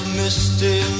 misty